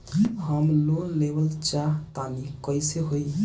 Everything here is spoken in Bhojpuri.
हम लोन लेवल चाह तानि कइसे होई?